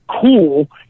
cool